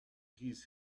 his